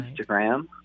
instagram